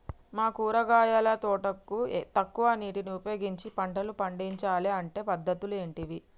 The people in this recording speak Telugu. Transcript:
మా కూరగాయల తోటకు తక్కువ నీటిని ఉపయోగించి పంటలు పండించాలే అంటే పద్ధతులు ఏంటివి?